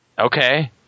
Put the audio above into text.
okay